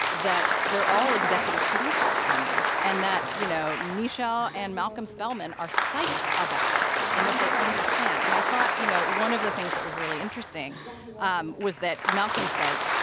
that they're all executive producers on this and that, you know, nichelle and malcolm spellman are psyched about it and that they understand and i thought, you know, one of the things that was really interesting um was that malcolm says,